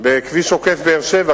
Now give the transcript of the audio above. בכביש עוקף באר-שבע,